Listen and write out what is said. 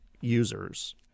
users